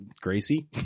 Gracie